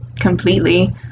completely